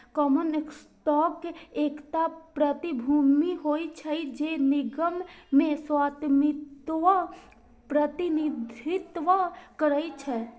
common stock एकटा प्रतिभूति होइ छै, जे निगम मे स्वामित्वक प्रतिनिधित्व करै छै